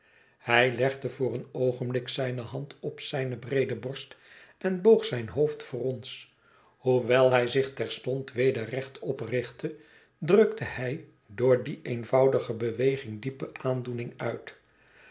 hij legde voor een oogenblik zijne hand op zijne breede borst en boog zijn hoofd voor ons hoewel hij zich terstond weder recht oprichtte drukte hij door die eenvoudige beweging diepe aandoening uit